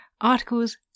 articles